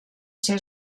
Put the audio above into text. ser